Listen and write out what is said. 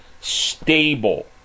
stable